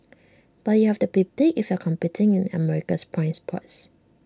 but you have to big be if you're competing in America's prime spots